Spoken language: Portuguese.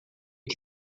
que